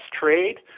trade